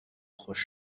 خشک